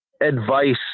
advice